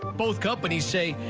both companies say,